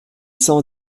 cent